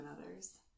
others